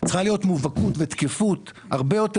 צריכה להיות מובהקות ותקפות הרבה יותר